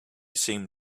seemed